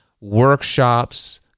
workshops